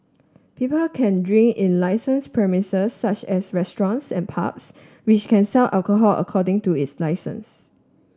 people can drink in licensed premises such as restaurants and pubs which can sell alcohol according to its licence